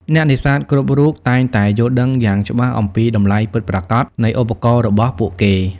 អ្នកនេសាទគ្រប់រូបតែងតែយល់ដឹងយ៉ាងច្បាស់អំពីតម្លៃពិតប្រាកដនៃឧបករណ៍របស់ពួកគេ។